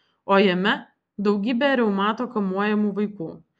o jame daugybė reumato kamuojamų vaikų